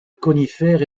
conifères